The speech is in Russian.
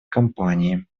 компании